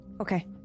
Okay